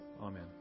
Amen